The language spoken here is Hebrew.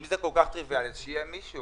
אם זה כל כך טריוויאלי, שיהיה מישהו.